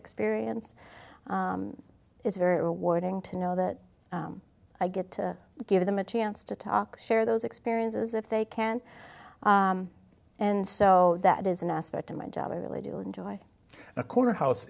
experience is very rewarding to know that i get to give them a chance to talk share those experiences if they can and so that is an aspect of my job i really do enjoy a corner house